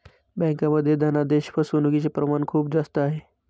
बँकांमध्ये धनादेश फसवणूकचे प्रमाण खूप जास्त आहे